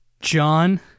john